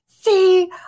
see